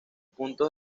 puntos